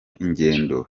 ingendo